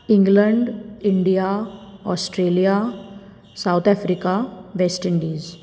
England India Australia South Africa West Indies